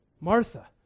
Martha